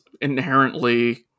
inherently